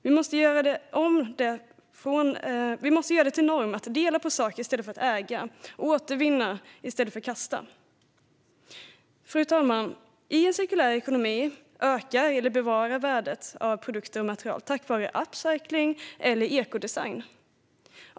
Vi måste göra det till norm att dela på saker i stället för att äga och att återvinna i stället för att kasta. Fru talman! I en cirkulär ekonomi ökar eller bevaras värdet av produkter och material tack vare upcycling eller ekodesign.